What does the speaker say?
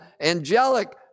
angelic